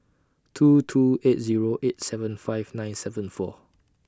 two two eight Zero eight seven five nine seven four